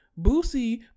Boosie